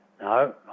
no